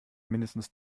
mindestens